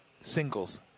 Singles